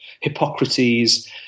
Hippocrates